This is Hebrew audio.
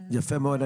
יפה מאוד,